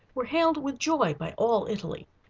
were hailed with joy by all italy.